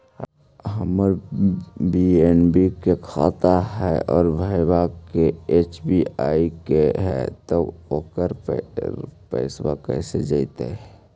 हमर पी.एन.बी के खाता है और भईवा के एस.बी.आई के है त ओकर पर पैसबा कैसे जइतै?